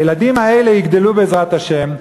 הילדים האלה יגדלו בעזרת השם,